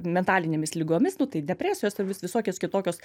mentalinėmis ligomis nu tai depresijos ir vis visokios kitokios